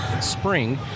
Spring